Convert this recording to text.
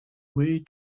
way